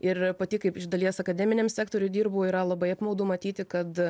ir pati kaip iš dalies akademiniam sektoriui dirbu yra labai apmaudu matyti kad